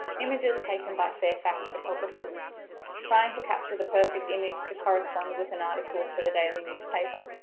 images taken by fairfax photographers trying to capture the perfect image to correspond with an article for the daily newspaper.